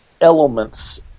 elements